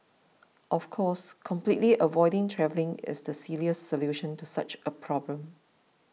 of course completely avoiding travelling is the silliest solution to such a problem